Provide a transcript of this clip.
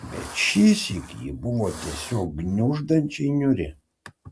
bet šįsyk ji buvo tiesiog gniuždančiai niūri